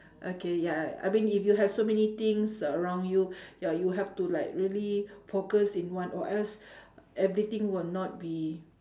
okay ya I mean if you have so many things around you ya you have to like really focus in one or else everything will not be